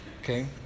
okay